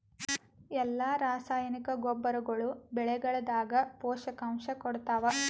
ಎಲ್ಲಾ ರಾಸಾಯನಿಕ ಗೊಬ್ಬರಗೊಳ್ಳು ಬೆಳೆಗಳದಾಗ ಪೋಷಕಾಂಶ ಕೊಡತಾವ?